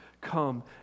Come